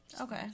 Okay